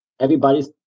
Everybody's